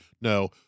No